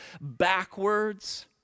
backwards